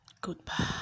goodbye